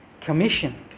commissioned